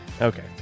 Okay